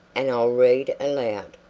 and i'll read aloud,